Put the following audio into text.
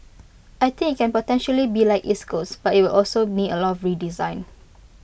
I think IT can potentially be like East Coast but IT will also need A lot of redesign